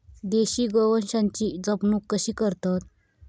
देशी गोवंशाची जपणूक कशी करतत?